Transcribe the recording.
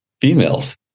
females